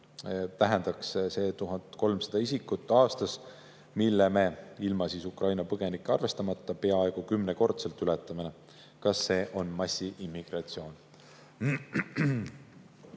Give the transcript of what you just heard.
tähendaks see 1300 isikut aastas, mille me (ilma Ukraina põgenikke arvestamata) peaaegu kümnekordselt ületame. Kas see on massiimmigratsioon?"